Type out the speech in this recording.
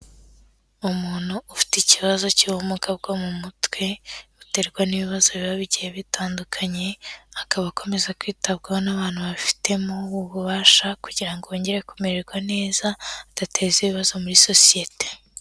Umuntu ufite ikibazo cy'ubumuga bwo mu mutwe, buterwa n'ibibazo biba bigiye bitandukanye, akaba akomeza kwitabwaho n'abantu babifitemo ububasha kugira ngo yongere kumererwa neza, adateza ibibazo muri sosiyete.